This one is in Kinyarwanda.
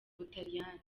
butaliyani